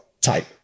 Type